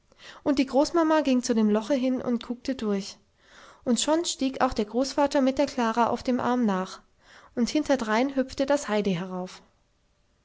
und die großmama ging zu dem loche hin und guckte durch und schon stieg auch der großvater mit der klara auf dem arm nach und hinterdrein hüpfte das heidi herauf